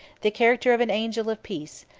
the character of an angel of peace,